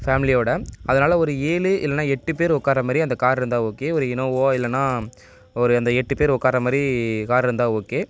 ஃபேமிலியோடு அதனால ஒரு ஏழு இல்லைனா எட்டு பேர் உக்கார்றமாதிரி அந்த கார் இருந்தால் ஓகே ஒரு இனோவோ இல்லைனா ஒரு இந்த எட்டு பேர் உக்கார்றமாரி கார் இருந்தால் ஓகே